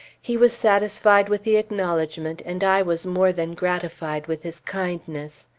he was satisfied with the acknowledgment, and i was more than gratified with his kindness.